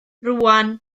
rwan